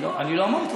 אני לא אמרתי.